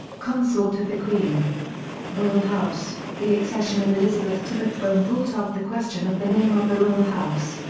consort of the queen royal house the accession of elizabeth to the throne brought up the question of the name of the royal house.